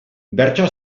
bertso